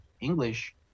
English